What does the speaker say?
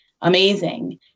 amazing